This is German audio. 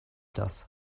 das